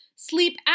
Sleep